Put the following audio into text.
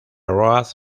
road